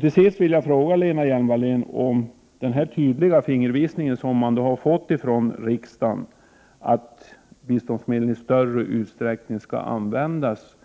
Till sist vill jag fråga Lena Hjelm-Wallén om den tydliga fingervisning som regeringen fått från riksdagen om att biståndsmedel i större utsträckning skall användas